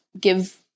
give